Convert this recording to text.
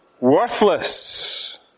worthless